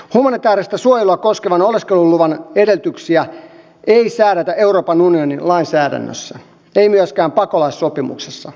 humanitääristä suojelua koskevan oleskeluluvan edellytyksistä ei säädetä euroopan unionin lainsäädännössä ei myöskään pakolaissopimuksessa